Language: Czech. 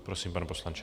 Prosím, pane poslanče.